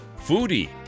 foodie